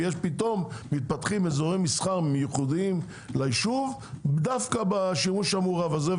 ופתאום מתפתחים אזורי מסחר ייחודיים ליישוב דווקא בשימוש המעורב הזה,